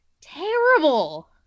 terrible